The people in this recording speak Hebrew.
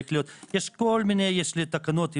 יש כל מיני תקנות שיש לי,